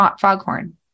Foghorn